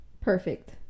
perfect